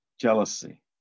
Jealousy